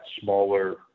smaller